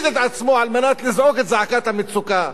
את עצמו על מנת לזעוק את זעקת המצוקה.